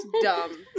dumb